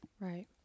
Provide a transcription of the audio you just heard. Right